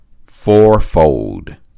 fourfold